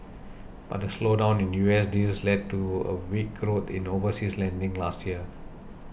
but a slowdown in U S deals led to a weak growth in overseas lending last year